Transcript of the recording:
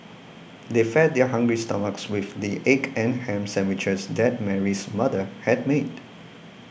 they fed their hungry stomachs with the egg and ham sandwiches that Mary's mother had made